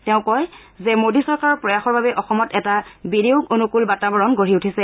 তেওঁ কয় যে মোডী চৰকাৰৰ প্ৰয়াসৰ বাবেই অসমত এটা বিনিয়োগ অনুকূল বাতাবৰণ গঢ়ি উঠিছে